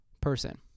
person